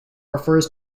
refers